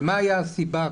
ומה הייתה הסיבה?